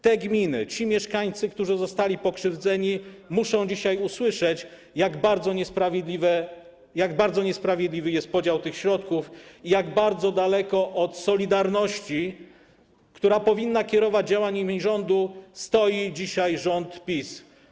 Te gminy, ci mieszkańcy, którzy zostali pokrzywdzeni, muszą dzisiaj usłyszeć, jak bardzo niesprawiedliwy jest podział tych środków i jak bardzo daleko od solidarności, która powinna kierować działaniami rządu, stoi dzisiaj rząd PiS.